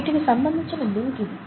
వీటికి సంబంధించిన లింక్ ఇది